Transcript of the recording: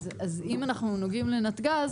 אז אם אנחנו נוגעים לנתג"ז,